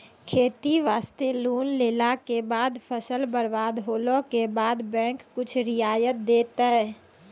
खेती वास्ते लोन लेला के बाद फसल बर्बाद होला के बाद बैंक कुछ रियायत देतै?